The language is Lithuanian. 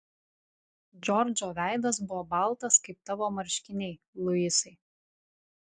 džordžo veidas buvo baltas kaip tavo marškiniai luisai